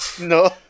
no